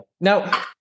Now